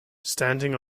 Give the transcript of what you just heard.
standing